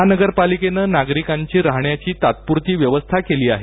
महानगरपालिकेनं नागरीकांची रहाण्याची तात्पूर्ती च्यवस्था केली आहे